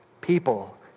People